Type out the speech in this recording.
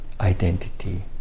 identity